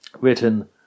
Written